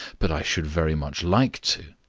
but i should very much like to.